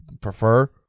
prefer